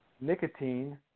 nicotine